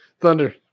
Thunder